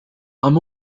i’m